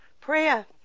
prayer